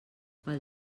pel